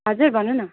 हजुर भन्नु न